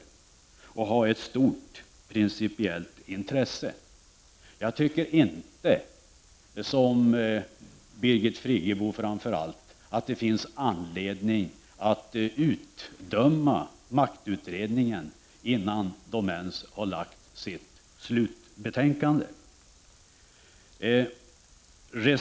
Den kan också vara av stort principiellt intresse. Jag tycker inte, som framför allt Birgit Friggebo, att det finns anledning att utdöma maktutredningen innan den ens har lagt fram sitt slutbetänkande.